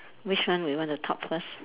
which one we want to talk first